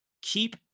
keep